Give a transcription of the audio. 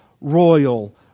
royal